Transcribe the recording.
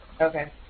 Okay